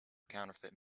counterfeit